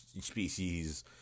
species